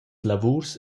lavurs